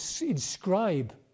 inscribe